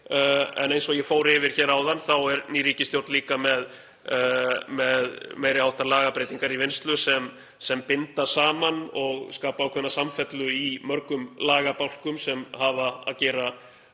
En eins og ég fór yfir hér áðan er ný ríkisstjórn líka með meiri háttar lagabreytingar í vinnslu sem binda saman og skapa ákveðna samfellu í mörgum lagabálkum sem hafa að gera með